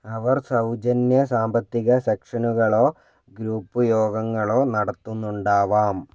അവർ സൗജന്യ സാമ്പത്തിക സെക്ഷനുകളോ ഗ്രൂപ്പ് യോഗങ്ങളോ നടത്തുന്നുണ്ടാവാം